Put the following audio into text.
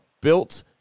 built